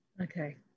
Okay